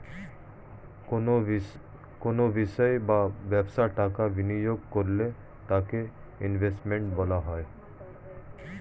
কোনো বিষয় বা ব্যবসায় টাকা বিনিয়োগ করলে তাকে ইনভেস্টমেন্ট বলা হয়